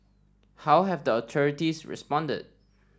how have the authorities responded